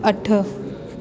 अठ